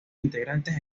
integrantes